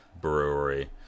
brewery